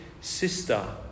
sister